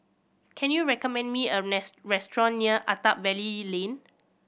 can you recommend me a restaurant near Attap Valley Lane